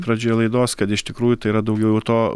pradžioje laidos kad iš tikrųjų tai yra daugiau to